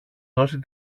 δώσει